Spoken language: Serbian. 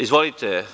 Izvolite.